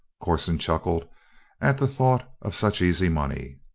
corson chuckled at the thought of such easy money.